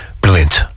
Brilliant